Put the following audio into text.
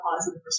positive